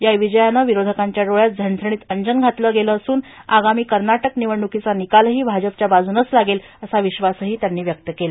या विजयानं विरोधकांच्या डोळ्यात झणझणीत अंजन घातलं गेलं असून आगामी कर्नाटक निवडणुकीचा निकालही भाजपच्या बाजूनच लागेल असा विश्वासही त्यांनी व्यक्त केला